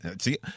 See